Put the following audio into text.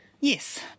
Yes